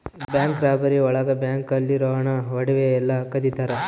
bank robbery ಒಳಗ bank ಅಲ್ಲಿರೋ ಹಣ ಒಡವೆ ಎಲ್ಲ ಕದಿತರ